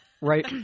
right